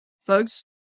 folks